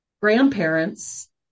grandparents